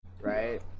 right